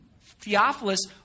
Theophilus